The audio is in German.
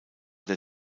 der